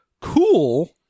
cool